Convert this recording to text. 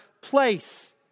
place